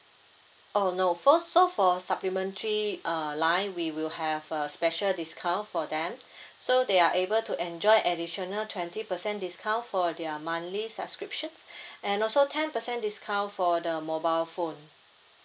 oh no so so for supplementary uh line we will have a special discount for them so they are able to enjoy additional twenty percent discount for their monthly subscriptions and also ten percent discount for the mobile phone